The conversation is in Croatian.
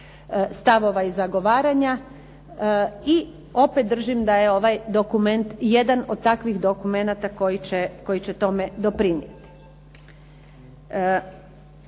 stavova i zagovaranja i opet držim da je ovaj dokument jedan od takvih dokumenata koji će tome doprinijeti.